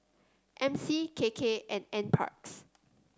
M C K K and NParks